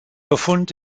befund